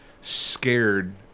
scared